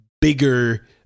bigger